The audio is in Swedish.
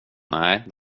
nej